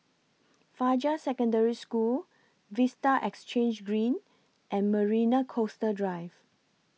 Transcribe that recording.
Fajar Secondary School Vista Exhange Green and Marina Coastal Drive